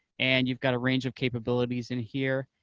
and you've got a range of capabilities in here.